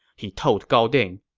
he told gao ding.